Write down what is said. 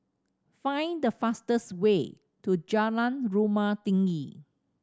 find the fastest way to Jalan Rumah Tinggi